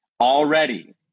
already